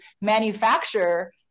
manufacture